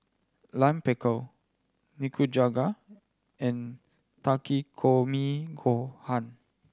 Lime Pickle Nikujaga and Takikomi Gohan